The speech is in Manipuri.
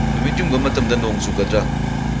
ꯅꯨꯃꯤꯠ ꯌꯨꯡꯕ ꯃꯇꯝꯗ ꯅꯣꯡ ꯆꯨꯒꯗ꯭ꯔꯥ